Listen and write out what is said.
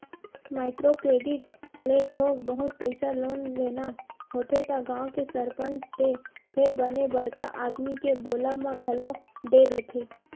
micro credit ले थोक बहुत पइसा लोन लेना होथे त गाँव के सरपंच ते फेर बने बड़का आदमी के बोलब म घलो दे देथे